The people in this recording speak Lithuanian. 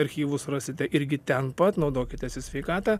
archyvus rasite irgi ten pat naudokitės į sveikatą